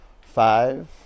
five